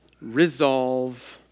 resolve